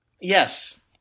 Yes